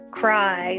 cry